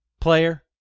player